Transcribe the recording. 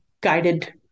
guided